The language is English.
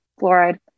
fluoride